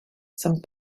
some